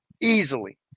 Easily